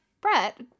brett